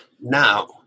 now